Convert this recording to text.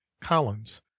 Collins